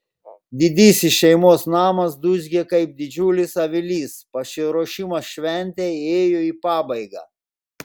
didysis šeimos namas dūzgė kaip didžiulis avilys pasiruošimas šventei ėjo į pabaigą